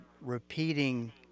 repeating